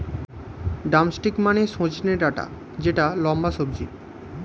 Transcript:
drumstick মানে সজনে ডাটা যেটা লম্বা সবজি